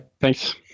Thanks